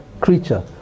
Creature